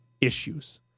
issues